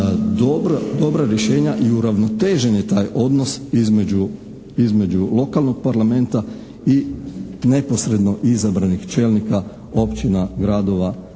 dobra rješenja i uravnotežen je taj odnos između lokalnog parlamenta i neposredno izabranih čelnika općina, gradova,